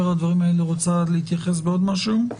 רוצה להתייחס לעוד משהו?